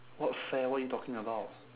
what fair what are you talking about